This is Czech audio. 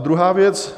A druhá věc.